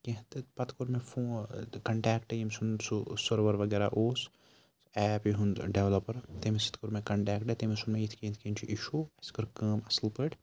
کینٛہہ تہٕ پَتہٕ کوٚر مےٚ کَنٹیکٹ ییٚمہِ سُنٛد سُہ سٔروَر وغیرہ اوس ایپہِ ہُنٛد ڈٮ۪ولَپَر تٔمِس سۭتۍ کوٚر مےٚ کَںٹیکٹ تٔمِس ووٚن مےٚ یِتھ کَنۍ یِتھ کَنۍ چھُ اِشوٗ اَسہِ کٔر کٲم اَصٕل پٲٹھۍ